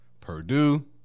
Purdue